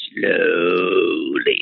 slowly